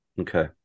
Okay